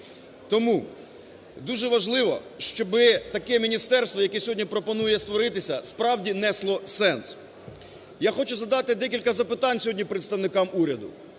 Тому дуже важливо, щоби таке міністерство, яке сьогодні пропонує створитися, справді несло сенс. Я хочу задати декілька запитань сьогодні представникам уряду.